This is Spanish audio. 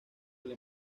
del